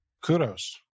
kudos